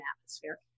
atmosphere